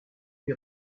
lui